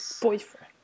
boyfriend